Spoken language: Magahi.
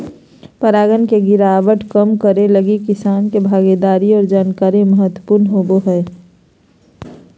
परागण के गिरावट कम करैय लगी किसानों के भागीदारी और जानकारी महत्वपूर्ण होबो हइ